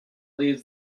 leaves